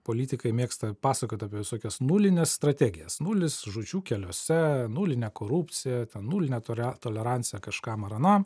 politikai mėgsta pasakot apie visokias nulines strategijas nulis žūčių keliuose nulinę korupciją tą nulinę tole toleranciją kažkam ar anam